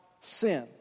sin